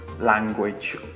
language